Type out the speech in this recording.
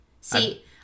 See